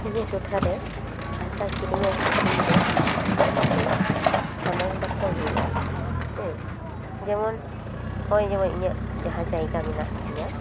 ᱤᱧᱟᱹᱜ ᱴᱚᱴᱷᱟ ᱨᱮ ᱦᱟᱥᱟ ᱠᱤᱨᱤᱧ ᱟᱹᱠᱷᱨᱤᱧ ᱨᱮ ᱟᱭᱢᱟ ᱜᱮ ᱥᱟᱢᱟᱝ ᱫᱟᱯᱨᱟᱢ ᱦᱩᱭᱩᱜᱼᱟ ᱦᱮᱸ ᱡᱮᱢᱚᱱ ᱦᱚᱜᱼᱚᱭ ᱡᱮᱢᱚᱱ ᱤᱧᱟᱹᱜ ᱡᱟᱦᱟᱸ ᱡᱟᱭᱜᱟ ᱢᱮᱱᱟᱜ ᱛᱤᱧᱟᱹ